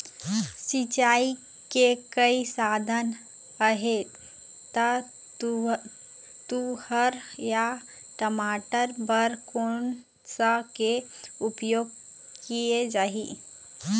सिचाई के कई साधन आहे ता तुंहर या टमाटर बार कोन सा के उपयोग किए जाए?